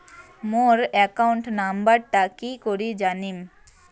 মোর account নাম্বারটা কি করি জানিম?